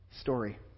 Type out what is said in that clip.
story